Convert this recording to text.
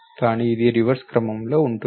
కానీ ఇది రివర్స్ క్రమంలో ఉంటుంది